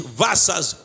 versus